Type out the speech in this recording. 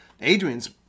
Adrian's